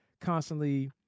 constantly